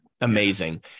amazing